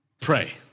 Pray